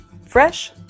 Fresh